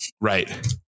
right